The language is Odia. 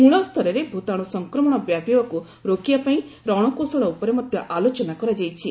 ମୂଳ୍ପରରେ ଭୂତାଣୁ ସଂକ୍ରମଣ ବ୍ୟାପିବାକୁ ରୋକିବା ପାଇଁ ରଣକୌଶଳ ଉପରେ ମଧ୍ୟ ଆଲୋଚନା କରାଯାଇଛି